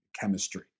chemistry